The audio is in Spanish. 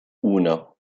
uno